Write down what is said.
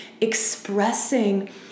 expressing